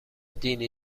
دینی